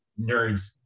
nerds